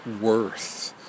Worth